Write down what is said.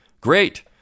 Great